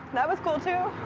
that was cool, too.